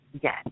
Yes